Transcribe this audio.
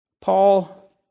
Paul